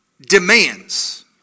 demands